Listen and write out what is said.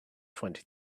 twenty